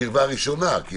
וקרבה ראשונה.